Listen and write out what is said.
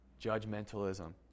judgmentalism